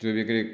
ଚୁରିକରି